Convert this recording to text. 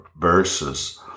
verses